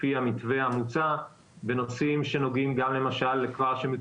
לפי המתווה המוצע היא תיגע בנושאים שנוגעים ומטופלים